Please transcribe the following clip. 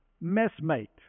messmate